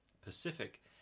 Pacific